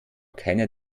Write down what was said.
keiner